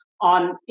on